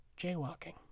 jaywalking